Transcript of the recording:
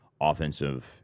offensive